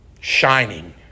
Shining